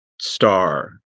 star